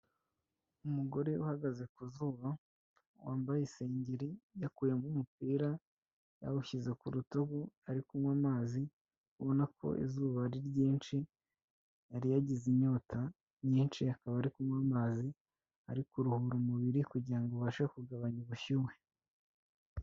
Umugore uhagaze ku zuba wambaye isengeri yakuyemo umupira yawushyize ku rutugu ari kunywa amazi, ubona ko izuba ari ryinshi yari yagize inyota nyinshi akaba ari kunywa amazi arikuruhura umubiri kugira ngo ubashe kugabanya ubushyuhe.